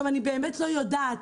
אני באמת לא יודעת,